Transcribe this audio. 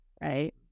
right